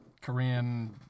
Korean